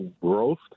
growth